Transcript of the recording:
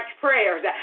prayers